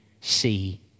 see